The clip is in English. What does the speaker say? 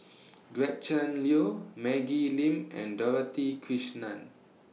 Gretchen Liu Maggie Lim and Dorothy Krishnan